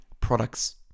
Products